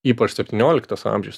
ypač septynioliktas amžius